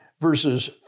verses